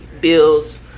Bills